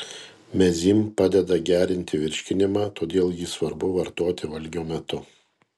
mezym padeda gerinti virškinimą todėl jį svarbu vartoti valgio metu